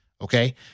Okay